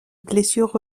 blessure